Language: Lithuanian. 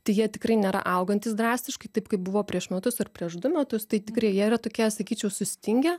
tai jie tikrai nėra augantys drastiškai taip kaip buvo prieš metus ar prieš du metus tai tikrai jie yra tokie sakyčiau sustingę